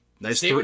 Nice